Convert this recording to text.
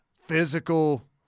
physical